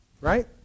Right